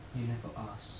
you never ask